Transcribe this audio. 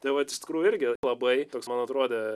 tai vat iš tikrųjų irgi labai toks man atrodė